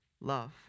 love